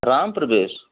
Ram Pradesh